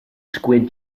squid